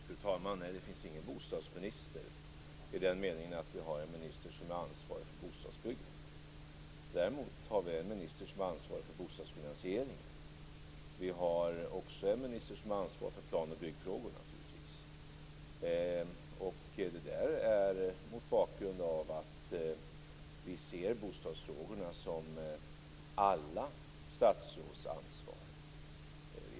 Fru talman! Nej, det finns ingen bostadsminister i den meningen att vi har en minister som är ansvarig för bostadsbyggandet. Däremot har vi en minister som är ansvarig för bostadsfinansieringen. Vi har också en minister som är ansvarig för plan och byggfrågorna. Det är mot bakgrund av att vi ser bostadsfrågorna som alla statsråds ansvar.